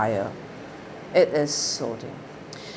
I uh it is